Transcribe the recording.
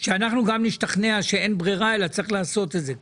שאנחנו גם נשתכנע שאין ברירה אלא צריך לעשות את זה ככה.